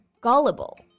Gullible